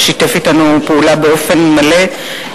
ששיתף אתנו פעולה באופן מלא,